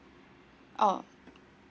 oh